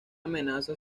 amenaza